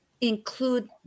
include